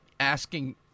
asking